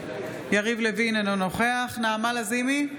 יריב לוין, אינו נוכח נעמה לזימי,